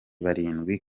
barindwi